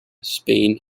spain